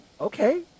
okay